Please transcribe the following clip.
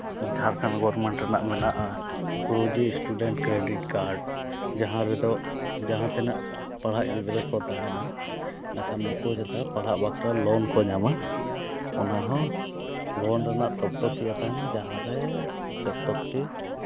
Jharkhand government ᱨᱮᱱᱟᱜ ᱢᱮᱱᱟᱜᱼᱟ Guruji student credit card ᱡᱟᱦᱟᱸ ᱨᱮᱫᱚ ᱡᱟᱦᱟᱸ ᱛᱤᱱᱟᱹᱜ ᱯᱟᱲᱦᱟᱜ ᱜᱤᱫᱽᱨᱟᱹ ᱠᱚ ᱛᱟᱦᱮᱱᱟ ᱱᱟᱠᱷᱟᱱ ᱱᱩᱠᱩ ᱨᱮᱫᱚ ᱯᱟᱲᱦᱟᱜ ᱵᱟᱠᱷᱨᱟ ᱞᱳᱱ ᱠᱚ ᱧᱟᱢᱟ ᱚᱱᱟ ᱦᱚᱸ ᱞᱳᱱ ᱨᱮᱱᱟᱜ ᱛᱚᱠᱛᱚᱠᱤᱭᱟᱹ ᱛᱟᱦᱮᱱᱟ ᱡᱟᱦᱟᱸ ᱨᱮ ᱡᱚᱵᱽᱛᱚᱠ ᱠᱤ